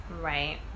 Right